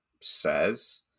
says